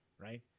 Right